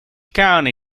county